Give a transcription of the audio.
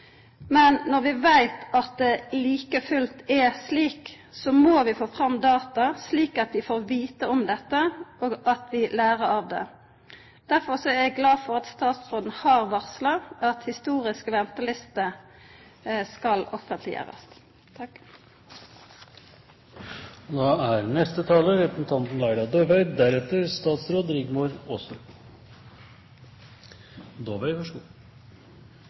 Men når vi veit at det like fullt er slik, må vi få fram data, slik at vi får vita om dette og lærer av det. Derfor er eg glad for at statsråden har varsla at historiske ventelister skal offentleggjerast. Kul i brystet, diffus smerte i magen og hodepine er